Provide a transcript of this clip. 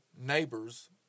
neighbors